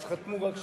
אז חתמו רק שבעה,